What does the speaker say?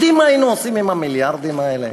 יודעים מה היינו עושים עם המיליארדים האלה?